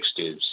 1960s